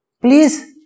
please